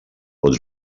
pot